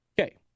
Okay